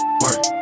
work